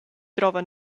drova